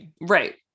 Right